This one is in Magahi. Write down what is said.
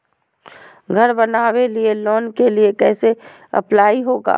घर बनावे लिय लोन के लिए कैसे अप्लाई होगा?